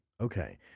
Okay